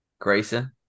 Grayson